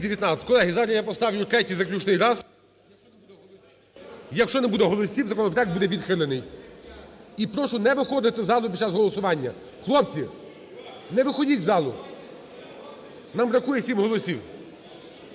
Колеги, зараз я поставлю третій заключний раз, якщо не буде голосів, законопроект буде відхилений. І прошу не виходити з залу під час голосування, хлопці, не виходіть з залу, нам бракує сім голосів.